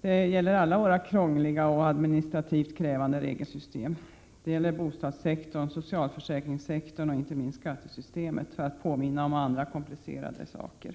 Detta gäller alla våra krångliga och administrativt krävande regelsystem. Det gäller bostadssektorn, socialförsäkringssektorn och inte minst skattesystemet, för att påminna om andra komplicerade system.